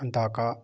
اَنتاکا